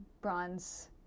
bronze